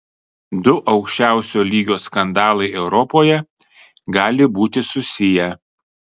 du aukščiausio lygio skandalai europoje gali būti susiję